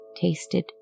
tasted